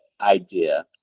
idea